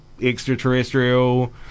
extraterrestrial